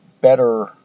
better